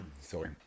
Sorry